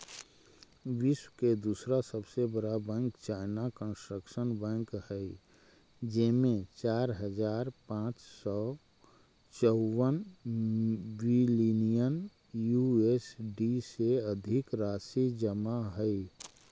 विश्व के दूसरा सबसे बड़ा बैंक चाइना कंस्ट्रक्शन बैंक हइ जेमें चार हज़ार पाँच सौ चउवन बिलियन यू.एस.डी से अधिक राशि जमा हइ